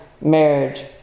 marriage